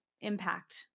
impact